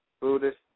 Buddhist